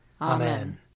Amen